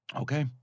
Okay